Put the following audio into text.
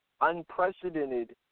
unprecedented